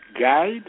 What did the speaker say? guide